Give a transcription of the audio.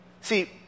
See